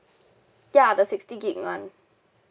ya the sixty gig [one]